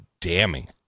damning